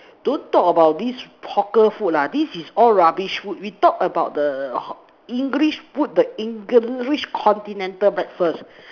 don't talk about this hawker food lah this is all rubbish food we talk about the English food the English continental breakfast